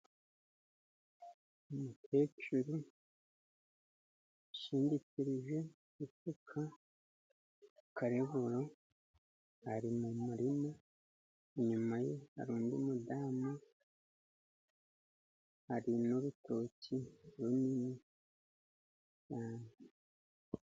Umukecuru ushingikirije isuka kukarevuro ari mu murima. Inyuma ye hari undi mudamu, hari n'urutoki runini cyane.